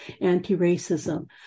anti-racism